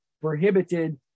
prohibited